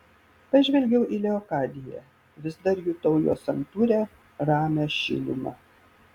pažvelgiau į leokadiją vis dar jutau jos santūrią ramią šilumą